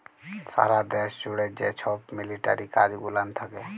সারা দ্যাশ জ্যুড়ে যে ছব মিলিটারি কাজ গুলান থ্যাকে